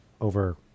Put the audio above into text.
over